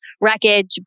wreckage